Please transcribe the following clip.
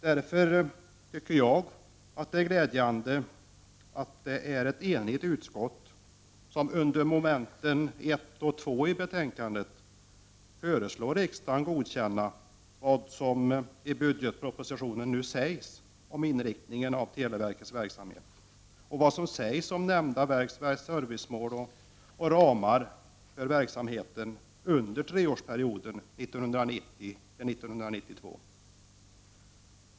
Därför tycker jag att det är glädjande att det är ett enigt utskott som under mom. 1 och 2 i hemställan föreslår riksdagen godkänna vad som i budgetpropositionen sägs om inriktningen av televerkets verksamhet och vad som sägs om verkets servicemål och ramar för verksamheten under treårsperioden 1990-1992.